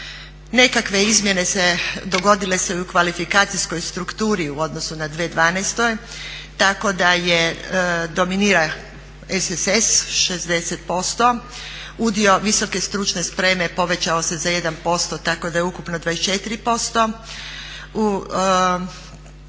Nekakve izmjene su se dogodile i u kvalifikacijskoj strukturi u odnosu na 2012. tako da dominira SSS 60%, udio visoke stručne spreme povećao se za 1%, tako da je ukupno 24%.